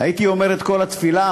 הייתי אומר את כל התפילה,